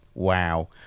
Wow